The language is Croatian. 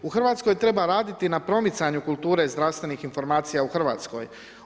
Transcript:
U Hrvatskoj treba raditi na promicanju kulture zdravstvenih informacija u Hrvatskoj.